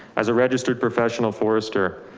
as a registered professional forester,